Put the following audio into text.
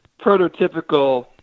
prototypical